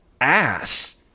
ass